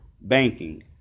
banking